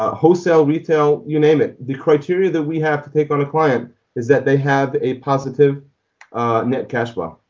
ah wholesale and retail, you name it. the criteria that we have to take on a client is that they have a positive net cash flow.